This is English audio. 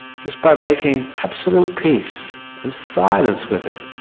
just by making absolute peace and silence with it